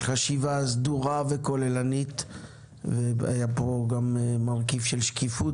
חשיבה סדורה וכוללנית והיה פה גם מרכיב של שקיפות